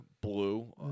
blue